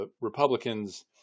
Republicans